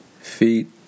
Feet